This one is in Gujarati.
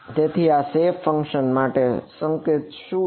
તેથી આ શેપ ફંક્શન માટે સંકેત શું છે